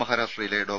മഹാരാഷ്ട്രയിലെ ഡോ